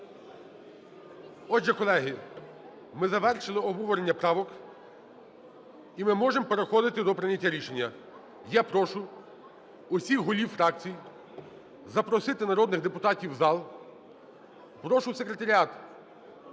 Отже, колеги, ми завершили обговорення правок. І ми можемо переходити до прийняття рішення. Я прошу всіх голів фракцій запросити народних депутатів у зал. Прошу Секретаріат